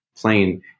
plane